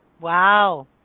Wow